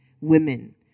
women